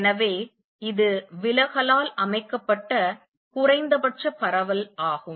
எனவே இது விலகலால் அமைக்கப்பட்ட குறைந்தபட்ச பரவல் ஆகும்